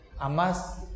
Amas